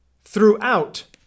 throughout